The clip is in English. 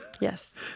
Yes